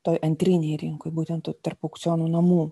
toj antrinėj rinkoj būtent tarp aukcionų namų